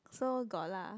so got lah